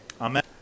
Amen